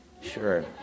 sure